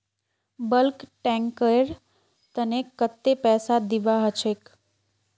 bulk tanker तने कत्ते पैसा दीबा ह छेक